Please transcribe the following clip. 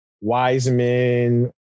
Wiseman